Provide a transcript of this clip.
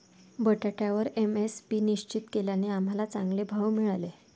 बटाट्यावर एम.एस.पी निश्चित केल्याने आम्हाला चांगले भाव मिळाले